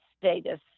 status